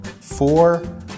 four